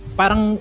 parang